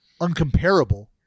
uncomparable